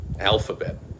Alphabet